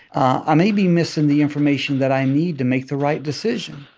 i may be missing the information that i need to make the right decision.